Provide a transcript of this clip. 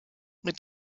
mit